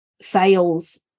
sales